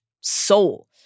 soul